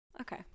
Okay